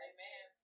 Amen